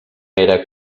era